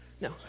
No